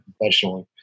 professionally